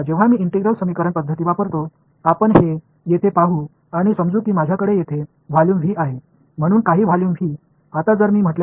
இப்போது இன்டெக்ரல் சமன்பாடு முறைகளை இங்கே பார்ப்போம் இங்கே எனக்கு சில வால்யூம் v உள்ளது என்று சொல்லலாம்